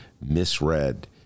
misread